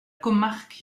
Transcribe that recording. comarque